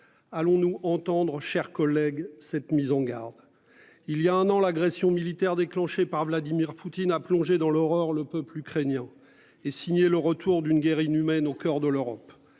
Allons-nous entendre. Chers collègues, cette mise en garde. Il y a un an l'agression militaire déclenchée par Vladimir Poutine a plongé dans l'horreur. Le peuple ukrainien et signé le retour d'une guerre inhumaine au coeur de l'Europe.